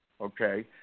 okay